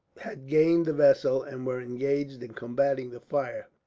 had gained the vessel, and were engaged in combating the fire,